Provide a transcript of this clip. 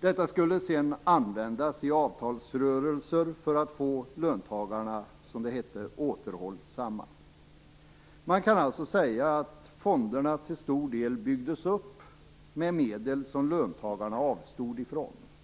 Detta skulle sedan användas i avtalsrörelser för att få löntagarna, som det hette, återhållsamma. Man kan alltså säga att fonderna till stor del byggdes upp med medel som löntagarna avstod från.